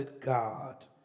God